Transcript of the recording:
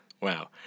Wow